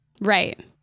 right